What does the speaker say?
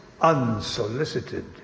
unsolicited